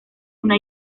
una